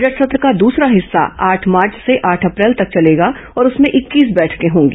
budget सत्र का दूसरा हिस्सा आठ मार्च से आठ अप्रैल तक चलेगा और उसमें इक्कीस बैठकें होंगी